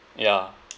yeah